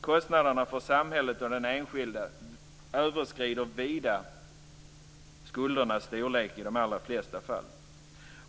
Kostnaderna för samhället och den enskilde överskrider vida skuldernas storlek i de allra flesta fall.